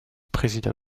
présida